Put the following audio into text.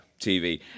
TV